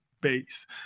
Base